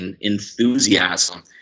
enthusiasm